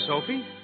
Sophie